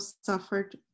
suffered